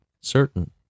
certain